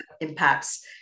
impacts